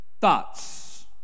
thoughts